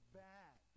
bad